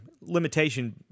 limitation